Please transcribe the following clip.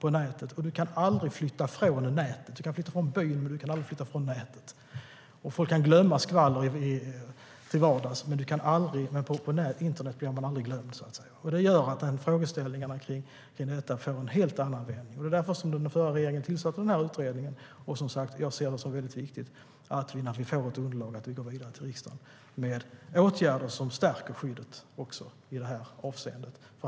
Och du kan aldrig flytta från nätet. Du kan flytta från byn, men aldrig från nätet. Folk kan glömma skvaller till vardags, men på internet blir man så att säga aldrig glömd. Det gör att dessa frågeställningar får en helt annan vidd. Det var därför den förra regeringen tillsatte den här utredningen. Som sagt ser jag det som väldigt viktigt att vi får ett underlag och går vidare till riksdagen med åtgärder som stärker skyddet också i det här avseendet.